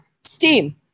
steam